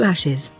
Ashes